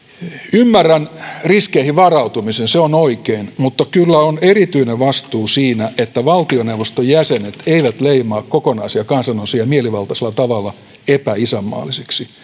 ymmärrän riskeihin varautumisen se on oikein mutta kyllä on erityinen vastuu siinä että valtioneuvoston jäsenet eivät leimaa kokonaisia kansanosia mielivaltaisella tavalla epäisänmaallisiksi